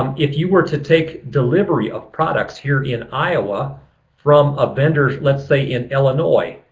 um if you were to take delivery of products here in iowa from a vendor, let's say in illinois,